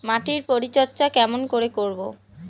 মাটির পরিচর্যা কেমন করে করব?